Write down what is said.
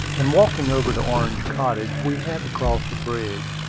in walking over to orange cottage we had to cross a bridge,